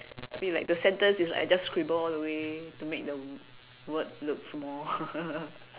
I feel like the sentence is like I just scribble all the way to make the words look small